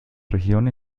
región